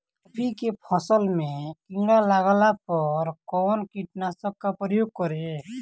गोभी के फसल मे किड़ा लागला पर कउन कीटनाशक का प्रयोग करे?